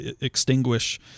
extinguish